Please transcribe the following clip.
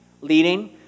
Leading